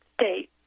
state